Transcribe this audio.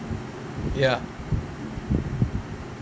ya